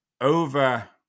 over